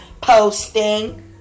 posting